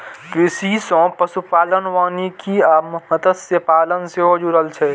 कृषि सं पशुपालन, वानिकी आ मत्स्यपालन सेहो जुड़ल छै